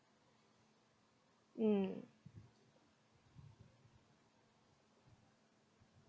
mm